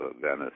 Venice